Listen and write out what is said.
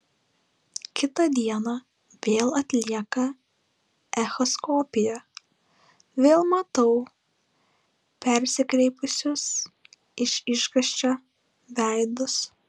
kitą dieną vėl atlieka echoskopiją vėl matau persikreipusius iš išgąsčio veidus